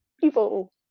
people